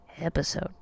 Episode